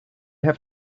have